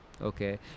okay